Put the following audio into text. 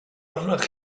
arnoch